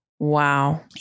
Wow